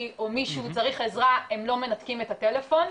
או מישהו צריך עזרה הם לא מנתקים את הטלפון,